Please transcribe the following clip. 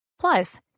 Plus